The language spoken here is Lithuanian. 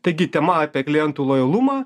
taigi tema apie klientų lojalumą